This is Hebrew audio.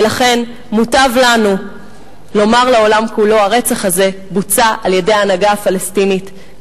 ולכן מוטב לנו לומר לעולם כולו: הרצח הזה בוצע על-ידי ההנהגה הפלסטינית,